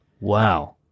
Wow